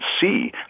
see